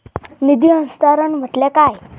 निधी हस्तांतरण म्हटल्या काय?